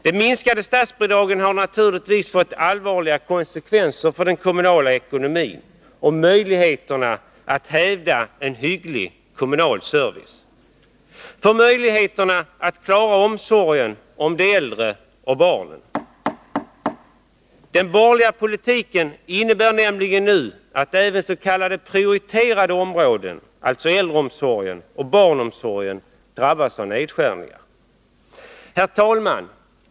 De minskade statsbidragen har naturligtvis fått allvarliga konsekvenser för den kommunala ekonomin och möjligheterna att hävda en hygglig kommunal service, för möjligheterna att klara omsorgen om de äldre och barnen. Den borgerliga politiken innebär nämligen nu att även s.k. prioriterade områden — alltså äldreomsorgen och barnomsorgen — drabbas av nedskärningar. Herr talman!